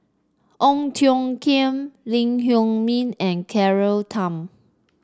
Ong Tiong Khiam Lee Huei Min and Claire Tham